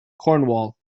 cornwall